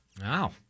Wow